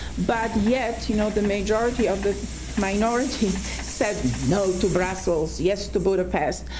but yet, you know the majority of the minority said no to brussels, yes to budapest,